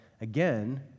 again